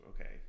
Okay